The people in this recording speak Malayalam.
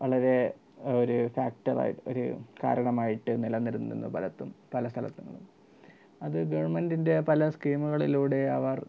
വളരെ ഒരു ഫാക്ടറാ ഒരു കാരണമായിട്ട് നിലനിന്നിരുന്നു പലയിടത്തും പലസ്ഥലത്തും അത് ഗവൺമെൻറ്റിൻ്റെ പല സ്കീമുകളിലൂടെ അവർ